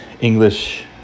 English